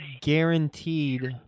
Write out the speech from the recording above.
guaranteed